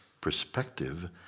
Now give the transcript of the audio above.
perspective